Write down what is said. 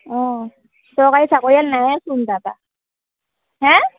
অঁ চৰকাৰী চাকৰিয়াল নায়েচোন তাপা হে